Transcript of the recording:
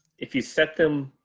if you set them